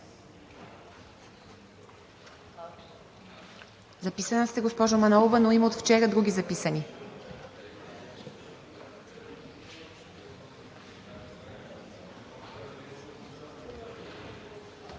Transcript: Записана сте, госпожо Манолова, но от вчера има други записани.